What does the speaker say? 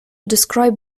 describe